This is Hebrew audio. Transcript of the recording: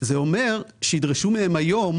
זה אומר שידרשו מהם היום,